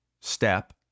step